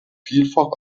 vielfach